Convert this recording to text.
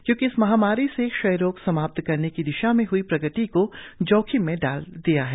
क्योंकि इस महामारी ने क्षेयरोग समाप्त करने की दिशा में हई प्रगति को जोखिम में डाल दिया है